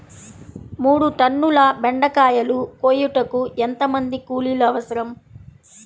మూడు టన్నుల బెండకాయలు కోయుటకు ఎంత మంది కూలీలు అవసరం?